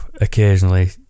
occasionally